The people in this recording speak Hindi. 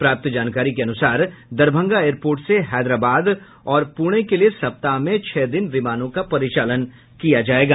प्राप्त जानकारी के अनुसार दरभंगा एयरपोर्ट से हैदराबाद और और पुणे के लिए सप्ताह में छह दिन विमानों का परिचालन किया जायेगा